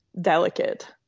delicate